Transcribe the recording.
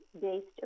based